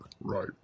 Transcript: Right